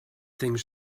things